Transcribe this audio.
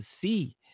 see